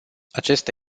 aceste